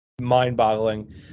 mind-boggling